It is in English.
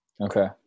Okay